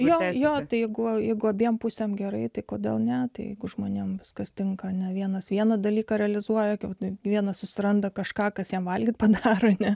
jo jeigu jeigu abiem pusėms gerai tai kodėl ne tai žmonėms viskas tinka ne vienas vieną dalyką realizuoja keltui vienas susiranda kažką kas jam valgyti padaro ane